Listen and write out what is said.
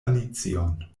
alicion